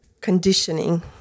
conditioning